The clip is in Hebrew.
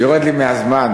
יורד לי מהזמן.